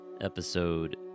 episode